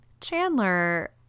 Chandler